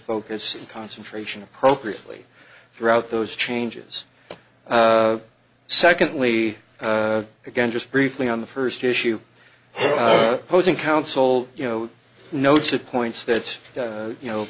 focus and concentration appropriately throughout those changes secondly again just briefly on the first issue posing counsel you know notes at points that you know